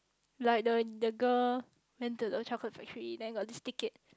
like the the the girl went to the chocolate factory then got its ticket